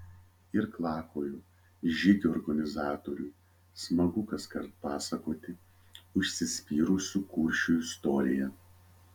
irklakojo žygių organizatoriui smagu kaskart pasakoti užsispyrusių kuršių istoriją